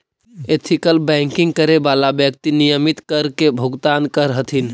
ethical banking करे वाला व्यक्ति नियमित कर के भुगतान करऽ हथिन